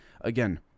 again